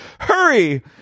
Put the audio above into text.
Hurry